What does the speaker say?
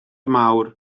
mawr